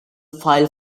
file